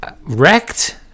wrecked